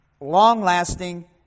long-lasting